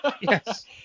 Yes